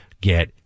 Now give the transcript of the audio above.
get